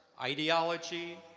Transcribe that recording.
ideology,